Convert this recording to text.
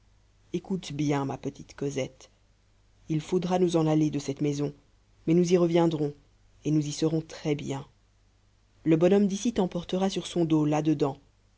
écoute-moi bien ma petite cosette il faudra nous en aller de cette maison mais nous y reviendrons et nous y serons très bien le bonhomme d'ici t'emportera sur son dos là-dedans